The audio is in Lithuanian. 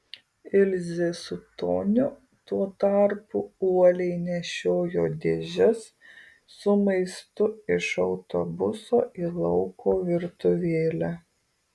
ilzė su toniu tuo tarpu uoliai nešiojo dėžes su maistu iš autobuso į lauko virtuvėlę